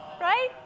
Right